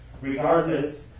Regardless